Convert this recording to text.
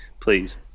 Please